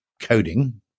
coding